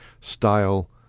style